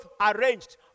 arranged